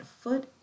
foot